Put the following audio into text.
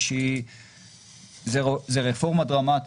זאת רפורמה דרמטית,